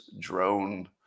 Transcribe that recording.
drone